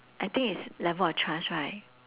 I think it's level of trust right